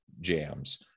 JAMS